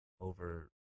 over